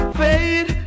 fade